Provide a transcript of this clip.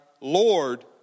Lord